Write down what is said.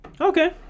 okay